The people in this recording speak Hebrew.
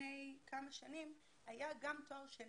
לפני כמה שנים היה גם תואר שני.